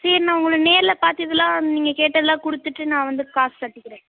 சரி நான் உங்களை நேரில் பார்த்து இதலாம் நீங்கள் கேட்டதுலாம் கொடுத்துட்டு நான் வந்து காசு கட்டிக்கிறேன்